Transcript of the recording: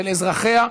של אזרחיה.